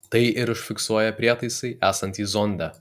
tai ir užfiksuoja prietaisai esantys zonde